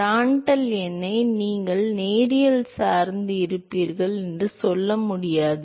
Prandtl எண்ணை நீங்கள் நேரியல் சார்ந்து இருப்பீர்கள் என்று சொல்ல முடியாது